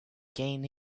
gain